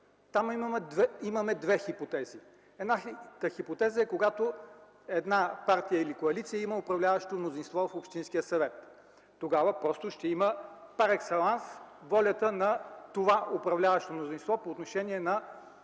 Там имаме две хипотези. Едната хипотеза е, когато една партия или коалиция има управляващо мнозинство в общинския съвет. Тогава просто ще има пар екселанс волята на това управляващо мнозинство по отношение